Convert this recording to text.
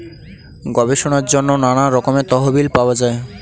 গবেষণার জন্য নানা রকমের তহবিল পাওয়া যায়